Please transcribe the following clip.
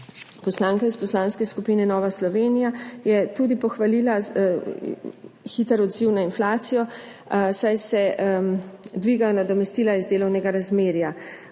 Poslanka iz Poslanske skupine Nova Slovenija je tudi pohvalila hiter odziv na inflacijo, saj se dviga nadomestila iz delovnega razmerja.